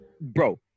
Bro